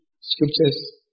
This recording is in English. scriptures